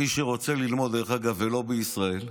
מי שרוצה ללמוד, דרך אגב, ולא בישראל,